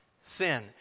Sin